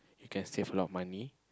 you can save a lot money